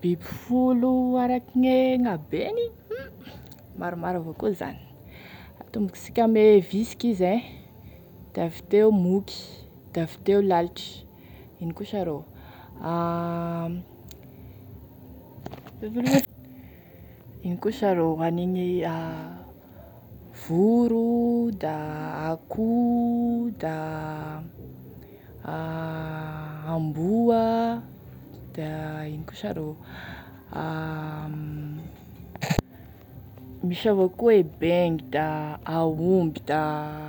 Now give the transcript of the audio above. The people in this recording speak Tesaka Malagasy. Biby folo araky gne habeany hum maromaro avao koa zany, atombokosika âme visiky izy e, da avy teo moky, da avy teo lalitry, ino koa sha rô ino koa sa rô, anigny voro da akoho da amboa da ino koa sa ro, da misy avao koa gne bengy da aomby da